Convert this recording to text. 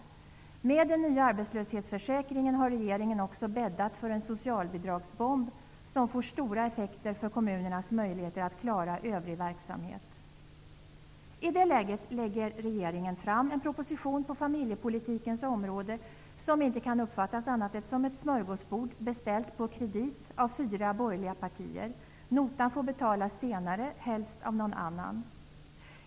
Med den nya arbetslöshetsförsäkringen har regeringen också bäddat för en socialbidragsbomb, som får stora effekter för kommunernas möjligheter att klara övrig verksamhet. I det läget lägger regeringen fram en proposition på familjepolitikens område som inte kan uppfattas som annat än ett smörgåsbord beställt på kredit av fyra borgerliga partier. Notan får betalas senare, helst av någon annan.